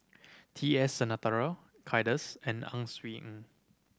T S Sinnathuray Kay Das and Ang Swee Aun